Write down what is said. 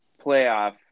playoff